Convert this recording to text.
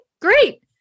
great